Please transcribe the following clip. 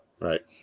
right